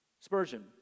Spurgeon